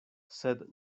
sed